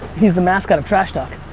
he's the mascot of trash talk.